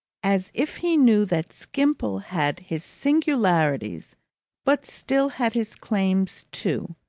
as if he knew that skimpole had his singularities but still had his claims too,